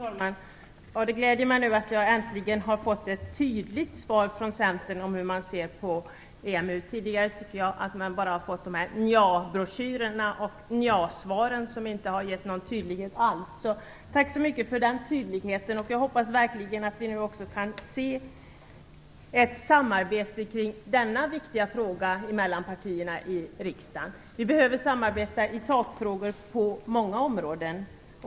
Fru talman! Det gläder mig att jag äntligen har fått ett tydligt svar från Centern om hur man ser på EMU. Tidigare har man bara, tycker jag, fått nja-broschyrer och nja-svar som inte har givit någon tydlighet alls. Tack så mycket för den tydligheten! Jag hoppas verkligen att vi nu också kan se ett samarbete kring denna viktiga fråga mellan partierna i riksdagen. Vi behöver samarbeta i sakfrågor på många områden.